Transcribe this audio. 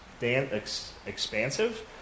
expansive